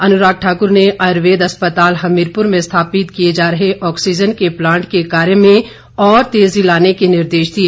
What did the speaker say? अनुराग ठाकुर ने आयुर्वेद अस्पताल हमीरपुर में स्थापित किए जा रहे ऑक्सीजन के प्लांट के कार्य में और तेजी लाने के निर्देश दिए